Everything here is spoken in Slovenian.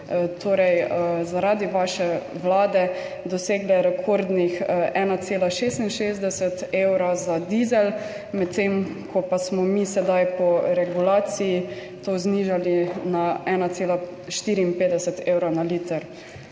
torej zaradi vaše vlade, dosegle rekordnih 1,66 evra za dizel, medtem ko pa smo mi sedaj po regulaciji to znižali na 1,54 evra na liter.